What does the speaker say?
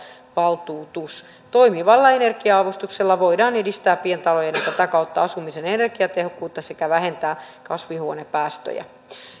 valtuutus toimivalla energia avustuksella voidaan edistää pientalojen ja sitä kautta asumisen energiatehokkuutta sekä vähentää kasvihuonepäästöjä